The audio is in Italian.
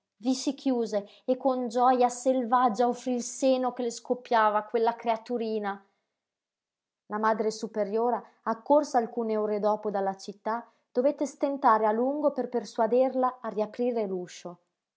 si chiuse e con gioja selvaggia offrí il seno che le scoppiava a quella creaturina la madre superiora accorsa alcune ore dopo dalla città dovette stentare a lungo per persuaderla a riaprire